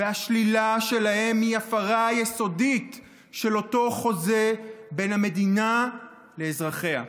והשלילה שלהן היא הפרה יסודית של אותו חוזה בין המדינה לאזרחיה.